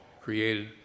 created